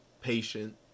patient